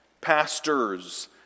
pastors